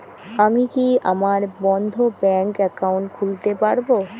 আমি কি করে আমার বন্ধ ব্যাংক একাউন্ট খুলতে পারবো?